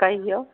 कहिऔ